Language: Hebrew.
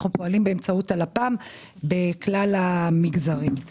אנחנו פועלים באמצעות הלפ"מ בכלל המגזרים.